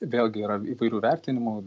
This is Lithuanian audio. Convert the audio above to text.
vėlgi yra įvairių vertinimų